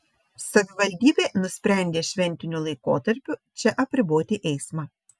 savivaldybė nusprendė šventiniu laikotarpiu čia apriboti eismą